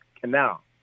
Canal